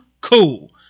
cool